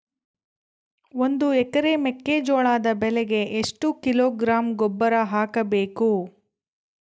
ಒಂದು ಎಕರೆ ಮೆಕ್ಕೆಜೋಳದ ಬೆಳೆಗೆ ಎಷ್ಟು ಕಿಲೋಗ್ರಾಂ ಗೊಬ್ಬರ ಹಾಕಬೇಕು?